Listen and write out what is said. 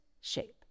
shape